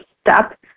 step